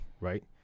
right